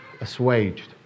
assuaged